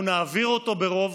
אנחנו נעביר אותו ברוב.